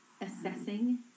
assessing